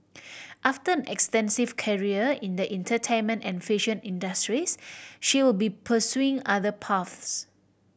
after an extensive career in the entertainment and fashion industries she will be pursuing other paths